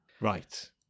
right